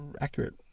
accurate